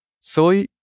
Soy